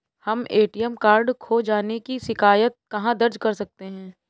हम ATM card खो जाने की शिकायत कहाँ दर्ज कर सकते हैं?